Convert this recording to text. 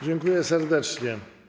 Dziękuję serdecznie.